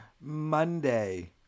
Monday